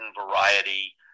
variety